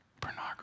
Pornography